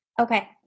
Okay